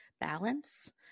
balance